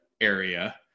area